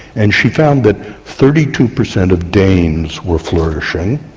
and she found that thirty two per cent of danes were flourishing,